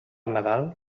nadal